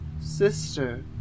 ...sister